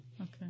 Okay